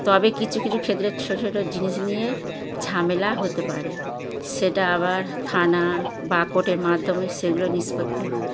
তবে কিছু কিছু ক্ষেত্রে ছোট ছোট জিনিস নিয়ে ঝামেলা হতে পারে সেটা আবার থানা বা কোর্টের মাধ্যমে সেগুলো নিষ্পত্তি হয়